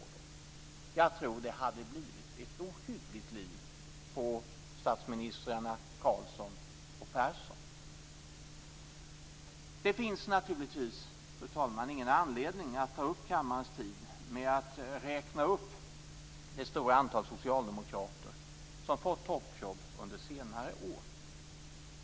Jag tror att det hade blivit ett ohyggligt liv på statsministrarna Persson och Carlsson. Det finns naturligtvis, fru talman, ingen anledning att ta upp kammarens tid med att räkna upp det stora antal socialdemokrater som fått toppjobb under senare år.